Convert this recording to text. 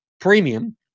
premium